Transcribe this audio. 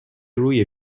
روی